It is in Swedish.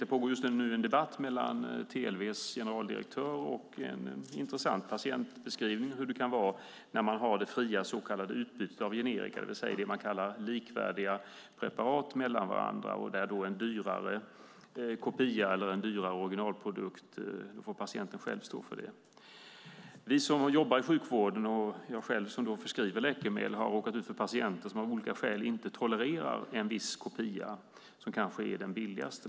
Det pågår just nu en debatt med TLV:s generaldirektör och en intressant patientbeskrivning av hur det kan vara när man har det fria så kallade utbytet av generika, det vill säga det man kallar likvärdiga preparat. En dyrare kopia eller en dyrare originalprodukt får då patienten själv stå för. Vi som jobbar i sjukvården, och jag själv som förskriver läkemedel, har råkat ut för patienter som av olika skäl inte tolererar en viss kopia, som kanske är den billigaste.